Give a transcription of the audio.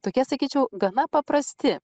tokie sakyčiau gana paprasti